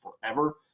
forever